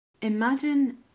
Imagine